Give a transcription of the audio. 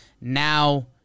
Now